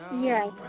Yes